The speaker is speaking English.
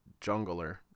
jungler